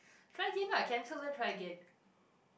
try again lah can answer let's try again